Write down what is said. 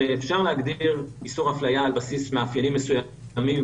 ואפשר להגדיר איסור אפליה על בסיס מאפיינים מסוימים,